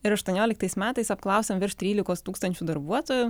ir aštuonioliktais metais apklausėm virš trylikos tūkstančių darbuotojų